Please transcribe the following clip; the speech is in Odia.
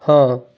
ହଁ